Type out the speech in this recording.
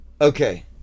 Okay